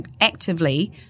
actively –